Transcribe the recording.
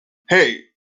hey